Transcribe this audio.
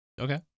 Okay